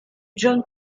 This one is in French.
john